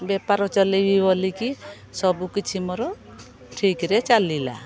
ବେପାର ଚଲେଇବି ବୋଲିକି ସବୁକିଛି ମୋର ଠିକ୍ରେ ଚାଲିଲା